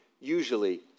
usually